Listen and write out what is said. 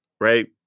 right